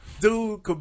dude